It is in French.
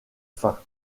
fin